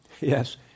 Yes